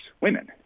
women